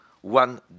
one